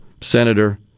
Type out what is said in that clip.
senator